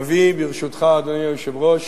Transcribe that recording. אביא, ברשותך, אדוני היושב-ראש,